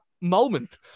moment